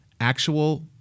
actual